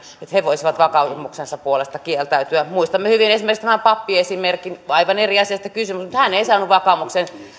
he voisivat vakaumuksensa puolesta kieltäytyä muistamme hyvin esimerkiksi tämän pappiesimerkin on aivan eri asiasta kysymys mutta hän ei saanut vakaumuksensa